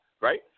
right